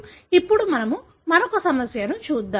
ఇప్పుడు మనము మరొక సమస్యను చూద్దాం